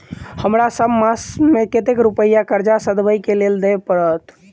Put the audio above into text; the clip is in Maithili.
हमरा सब मास मे कतेक रुपया कर्जा सधाबई केँ लेल दइ पड़त?